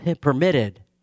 permitted